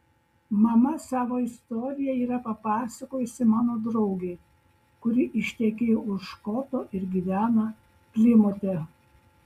mama savo istoriją yra papasakojusi mano draugei kuri ištekėjo už škoto ir gyvena plimute